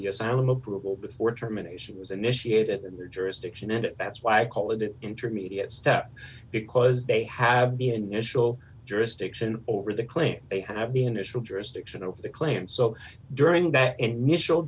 the asylum approval before terminations was initiated in their jurisdiction and that's why i call it an intermediate step because they have the initial jurisdiction over the claim they have the initial jurisdiction over the claim so during that initial